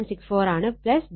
64 ആണ് j 0